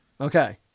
Okay